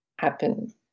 happen